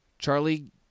Charlie